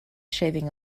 shaving